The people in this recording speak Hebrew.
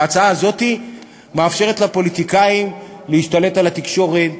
וההצעה הזאת מאפשרת לפוליטיקאים להשתלט על התקשורת.